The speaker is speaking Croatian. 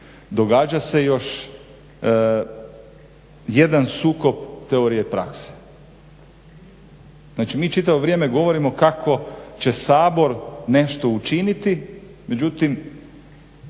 događa se još jedan sukob teorije i prakse. Znači mi čitavo vrijeme govorimo kako će Sabor nešto učiniti, međutim